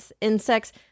insects